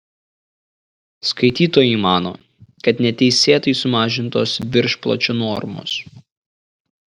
skaitytojai mano kad neteisėtai sumažintos viršpločio normos